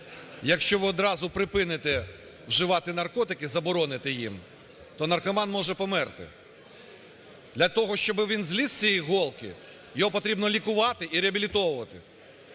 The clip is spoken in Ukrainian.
Якщо ви одразу припините вживати наркотики, забороните їм, то наркоман може померти. Для того, щоб він з ліз з цієї голки, його потрібно лікувати і реабілітовувати.